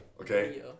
okay